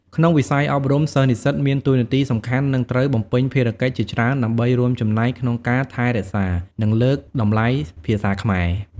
ក្នុងវិស័យអប់រំ សិស្សនិស្សិតមានតួនាទីសំខាន់ និងត្រូវបំពេញភារកិច្ចជាច្រើនដើម្បីរួមចំណែកក្នុងការថែរក្សា និងលើកតម្លៃភាសាខ្មែរ។